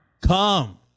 Come